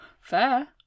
fair